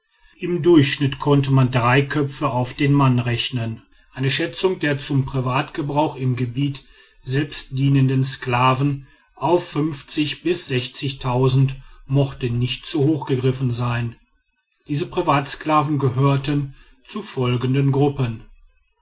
im durchschnitt konnte man drei köpfe auf den mann rechnen eine schätzung der zum privatgebrauch im gebiete selbst dienenden sklaven auf mochte nicht zu hoch gegriffen sein diese privatsklaven gehörten zu folgenden gruppen